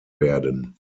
werden